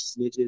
snitches